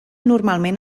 normalment